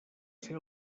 ser